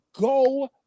go